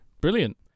brilliant